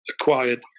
acquired